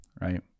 Right